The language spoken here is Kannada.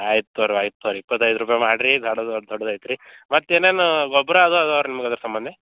ಆಯ್ತು ತೋರಿ ಆಯ್ತು ತೋರಿ ಇಪ್ಪತೈದು ರೂಪಾಯಿ ಮಾಡಿರಿ ದೊಡ್ದು ದೊಡ್ಡದು ಐತೆ ರೀ ಮತ್ತೆ ಏನೇನು ಗೊಬ್ಬರ ಅದೆ ಅದೆ ರೀ ನಿಮ್ಗೆ ಅದ್ರ ಸಂಬಂಧಿ